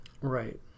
Right